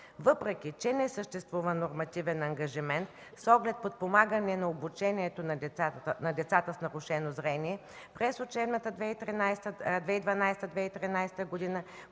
Въпреки че не съществува нормативен ангажимент, с оглед подпомагане на обучението на децата с нарушено зрение, през учебната 2012-2013 г.,